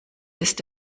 ist